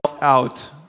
out